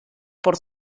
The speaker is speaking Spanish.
por